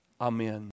amen